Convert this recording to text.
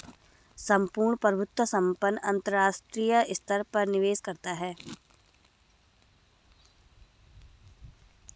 सम्पूर्ण प्रभुत्व संपन्न अंतरराष्ट्रीय स्तर पर निवेश करता है